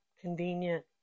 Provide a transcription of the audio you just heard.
convenient